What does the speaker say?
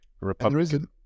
Republican